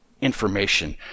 information